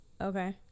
okay